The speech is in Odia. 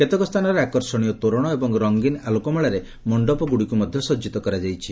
କେତେକ ସ୍ଥାନରେ ଆକର୍ଷଣୀୟ ତୋରଣ ଏବଂ ରଙ୍ଗୀନ ଆଲୋକମାଳାରେ ମଣ୍ଡପଗୁଡ଼ିକୁ ମଧ୍ଧ ସଜିତ କରାଯାଇଛି